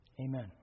Amen